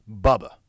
Bubba